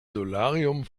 solarium